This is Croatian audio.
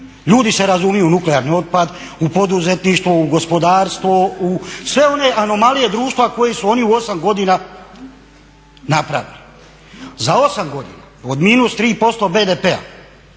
Ljudi se razumiju u nuklearni otpad, u poduzetništvo, u gospodarstvo, u sve one anomalije društva koje su oni u 8 godina napravili. Za 8 godina od -3% BDP-a,